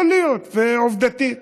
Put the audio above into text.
יכול להיות עובדתית.